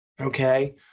okay